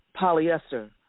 polyester